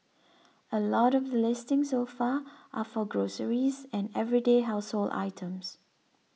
a lot of the listings so far are for groceries and everyday household items